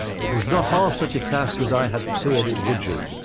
it was not half such a task as i had feared it would be,